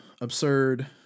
absurd